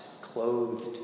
clothed